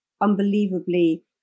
unbelievably